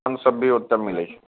हमसभ भी ओतए मिलै छै